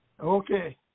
Okay